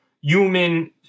human